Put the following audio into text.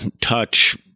Touch